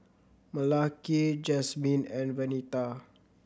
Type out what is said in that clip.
Malakai Jasmyne and Venita